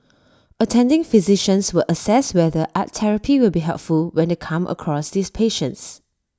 attending physicians will assess whether art therapy will be helpful when they come across these patients